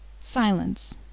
silence